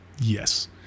Yes